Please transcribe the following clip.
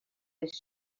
was